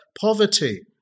poverty